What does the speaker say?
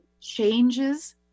changes